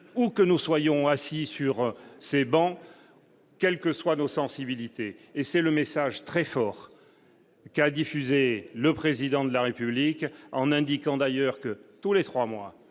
ou que nous soyons assis sur ces bancs, quelles que soient nos sensibilités, et c'est le message très fort qui a diffusé, le président de la République en indiquant d'ailleurs que tous les 3 mois,